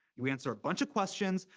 we answer a bunch of questions,